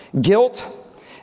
Guilt